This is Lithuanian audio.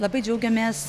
labai džiaugiamės